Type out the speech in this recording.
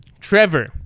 Trevor